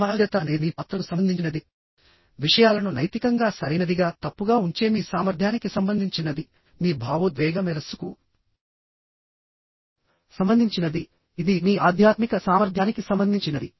సమగ్రత అనేది మీ పాత్రకు సంబంధించినదివిషయాలను నైతికంగా సరైనదిగా తప్పుగా ఉంచే మీ సామర్థ్యానికి సంబంధించినదిమీ భావోద్వేగ మేధస్సుకు సంబంధించినది ఇది మీ ఆధ్యాత్మిక సామర్థ్యానికి సంబంధించినది